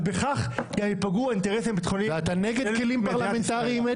ובכך גם ייפגעו האינטרסים הביטחוניים של מדינת ישראל.